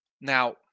Now